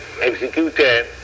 executed